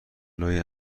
لای